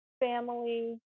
family